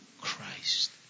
Christ